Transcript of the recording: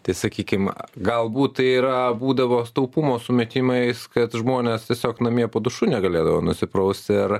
tai sakykim galbūt tai yra būdavo taupumo sumetimais kad žmonės tiesiog namie po dušu negalėdavo nusiprausti ir